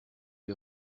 est